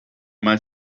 mal